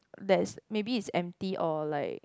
that's maybe is empty or like